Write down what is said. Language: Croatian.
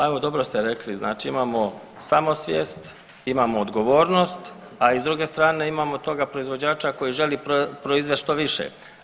Pa evo dobro ste rekli, znači imamo samosvijest, imamo odgovornost, a i s druge strane imamo toga proizvođača koji želi proizvest što više.